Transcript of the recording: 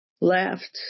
left